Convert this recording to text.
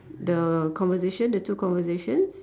the conversation the two conversations